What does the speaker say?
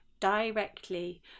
directly